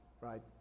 right